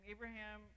Abraham